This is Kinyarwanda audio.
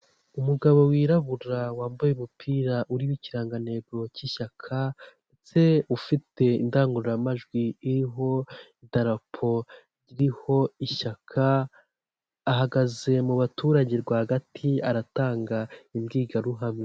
Umugabo wirabura wambaye umupira uririmo ikirangantego cy'ishyaka ndetse ufite indangururamajwi iriho darapo iririho ishyaka ahagaze mu baturage rwagati aratanga imbwirwaruhame.